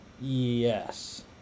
Yes